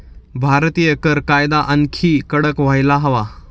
भारतीय कर कायदा आणखी कडक व्हायला हवा